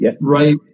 right